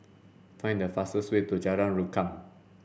find the fastest way to Jalan Rukam